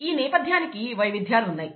ఈ నేపథ్యానికి వైవిధ్యాలు ఉన్నాయి